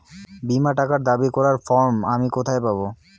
বীমার টাকা দাবি করার ফর্ম আমি কোথায় পাব?